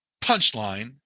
Punchline